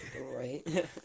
Right